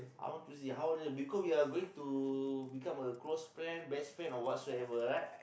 I want to see how honest because we are going to become a close friend best friend whatsoever right